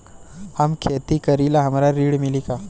हम खेती करीले हमरा ऋण मिली का?